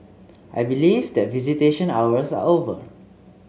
I believe that visitation hours are over